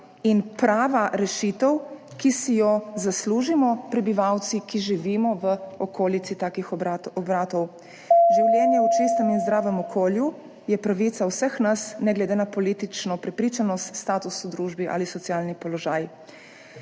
in prava rešitev, ki si jo zaslužimo prebivalci, ki živimo v okolici takih obratov. Življenje v čistem in zdravem okolju je pravica vseh nas ne glede na politično prepričanost, status v družbi ali socialni položaj.